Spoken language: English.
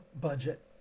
budget